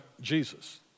Jesus